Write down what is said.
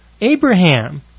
Abraham